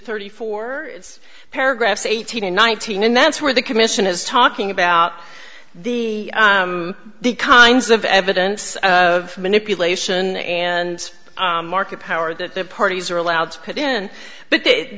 thirty four paragraphs eighteen and nineteen and that's where the commission is talking about the kinds of evidence of manipulation and market power that the parties are allowed to put in but they